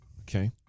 Okay